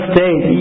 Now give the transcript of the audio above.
State